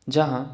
جہاں